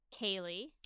Kaylee